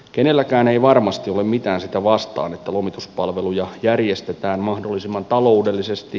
kenelläkään ei varmasti ole mitään sitä vastaan että lomituspalveluja järjestetään mahdollisimman taloudellisesti